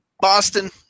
Boston